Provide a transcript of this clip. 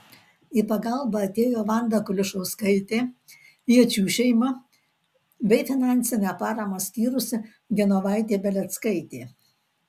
į pagalbą atėjo vanda kulišauskaitė jėčių šeima bei finansinę paramą skyrusi genovaitė beleckaitė